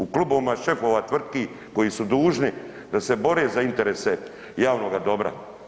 U klubovima šefova tvrtki koji su dužni da se bore za interese javnoga dobra.